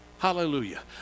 Hallelujah